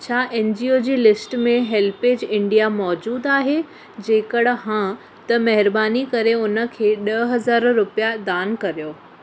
छा N G O जी list में हेल्पेज इंडिया मौजूदु आहे जेकर हां त महिरबानी करे उनखे ॾह हज़ार रुपिया दान करियो